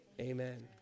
amen